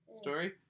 story